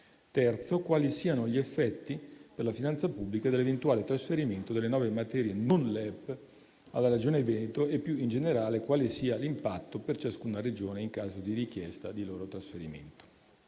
europea; quali siano gli effetti per la finanza pubblica dell'eventuale trasferimento delle nuove materie non LEP alla Regione Veneto e, più in generale, quale sia l'impatto per ciascuna Regione in caso di richiesta di loro trasferimento.